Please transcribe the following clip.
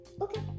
okay